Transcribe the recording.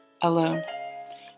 alone